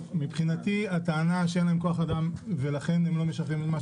מבחינתי הטענה שאין להם כוח אדם ולכן הם לא משחררים את מה